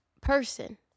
person